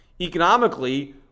economically